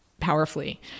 powerfully